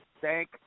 thank